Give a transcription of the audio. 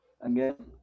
Again